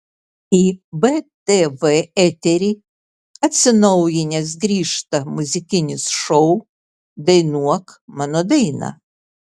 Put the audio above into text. į btv eterį atsinaujinęs grįžta muzikinis šou dainuok mano dainą